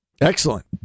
Excellent